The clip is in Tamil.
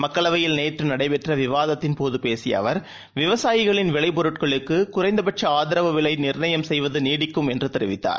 மக்களவையில்நேற்றுநடைபெற்றவிவாதத்தின்போதுபேசியஅவர் விவசாயிகளின்விளைபொருட்களுக்குகுறைந்தபட்சஆதரவுவிலைநிர்ணயம்செய்வதுநீடிக்கு ம்என்றுதெரிவித்தார்